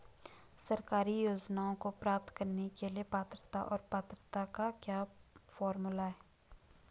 सरकारी योजनाओं को प्राप्त करने के लिए पात्रता और पात्रता का क्या फार्मूला है?